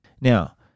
Now